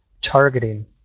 targeting